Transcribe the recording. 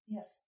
Yes